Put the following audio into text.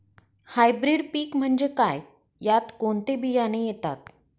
Hybrid पीक म्हणजे काय? यात कोणते बियाणे येतात?